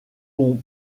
pompeo